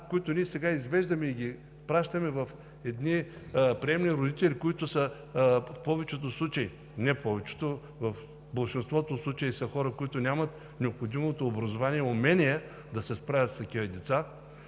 които сега извеждаме и ги пращаме при приемни родители, които в повечето случаи, в болшинството от случаите са хора, които нямат необходимото образование и умение да се справят с такива деца,